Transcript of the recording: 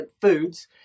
foods